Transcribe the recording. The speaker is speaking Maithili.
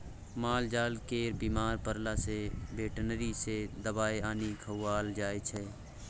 मालजाल केर बीमार परला सँ बेटनरी सँ दबाइ आनि खुआएल जाइ छै